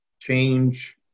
change